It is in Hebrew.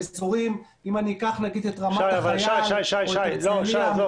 אם אני אקח למשל את רמת החייל או את הרצליה,